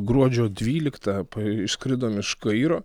gruodžio dvyliktą išskridom iš kairo